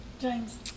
James